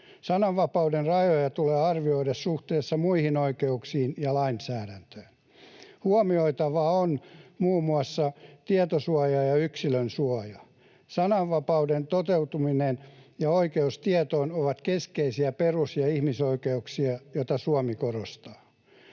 Sananvapauden rajoja tulee arvioida suhteessa muihin oikeuksiin ja lainsäädäntöön. Huomioitava on muun muassa tietosuoja ja yksilönsuoja. Sananvapauden toteutuminen ja oikeus tietoon ovat keskeisiä perus‑ ja ihmisoikeuksia, mitä Suomi korostaa.